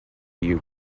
you